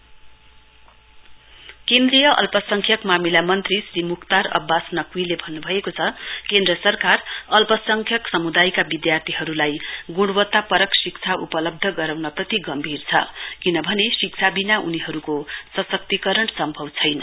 education for minority केन्द्रीय अल्प संख्यक मामिला मन्त्री श्री मुख्तर अब्बास नकवीले भन्नुभएको छ केन्द्र सरकार अल्पसंख्यक समुदयका विधार्थीहरुलाई गुणवत्तापरक शिक्षा उपलब्ध गराउनप्रित गम्भीर छ किनभने शिक्षा बिना उनीहरुको सशक्तीकरण सम्भव छैन